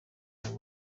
icyo